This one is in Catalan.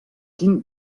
quin